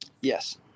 Yes